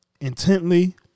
intently